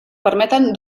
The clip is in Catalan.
permeten